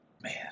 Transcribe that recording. man